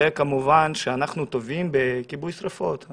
כמובן שאנחנו טובים בכיבוי שריפות,